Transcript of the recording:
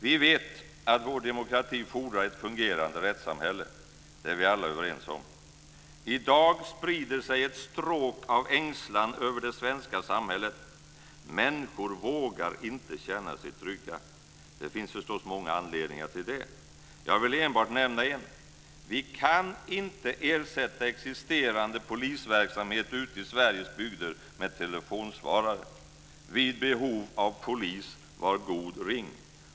Vi vet att vår demokrati fordrar ett fungerande rättssamhälle. Det är vi alla överens om. I dag sprider sig ett stråk av ängslan över det svenska samhället. Människor vågar inte känna sig trygga. Det finns förstås många anledningar till det. Jag vill enbart nämna en: Vi kan inte ersätta existerande polisverksamhet ute i Sveriges bygder med telefonsvarare! Vid behov av polis var god ring.